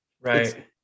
Right